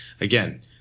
again